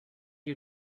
you